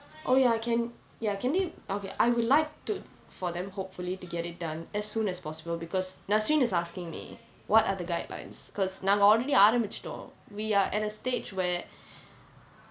oh ya can ya can they okay I would like to for them hopefully to get it done as soon as possible because nazreen is asking me what are the guidelines because நாங்க:naanga already ஆரம்பிச்சுட்டோம்:aarambichutom we are at a stage where